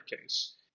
case